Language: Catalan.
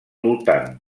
voltant